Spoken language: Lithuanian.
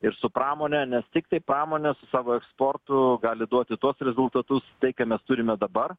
ir su pramone nes tiktai pramonė su savo eksportu gali duoti tuos rezultatus tai ką mes turime dabar